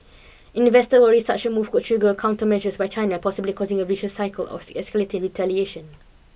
investors worry such a move could trigger countermeasures by China possibly causing a vicious cycle of escalating retaliation